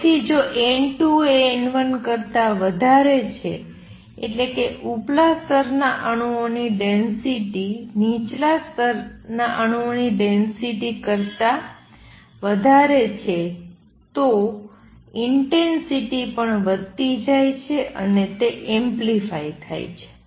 તેથી જો n2 એ n1 કરતા વધારે છે એટલે કે ઉપલા સ્તરના અણુઓની ડેંસિટી નીચલા સ્તરના અણુઓની ડેંસિટી કરતા વધારે છે તો ઇંટેંસિટી પણ વધતી જાય છે અને તે એમ્પ્લિફાય થાય છે